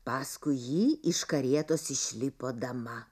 paskui jį iš karietos išlipo dama